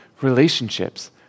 Relationships